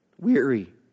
Weary